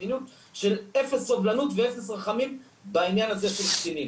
מדיניות של אפס סובלנות ואפס רחמים בעניין הזה של קטינים.